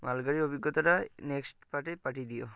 মালগাড়ির অভিজ্ঞতাটা নেক্সট পার্টে পাঠিয়ে দিও